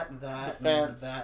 defense